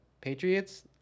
Patriots